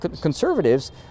conservatives